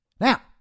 Now